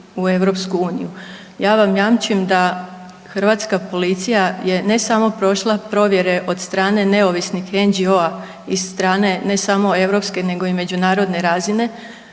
u EU. Ja vam jamčim da hrvatska policija je, ne samo prošla provjere od strane neovisnih NGO-a i strane ne samo europske, nego i međunarodne razine.